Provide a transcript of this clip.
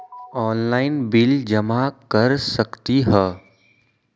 Online bill जमा कर सकती ह?